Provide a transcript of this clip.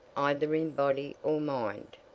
either in body or mind.